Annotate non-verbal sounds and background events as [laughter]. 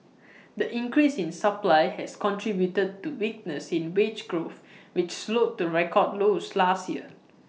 [noise] the increase in supply has contributed to weakness in wage growth [noise] which slowed to record lows last year